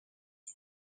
بده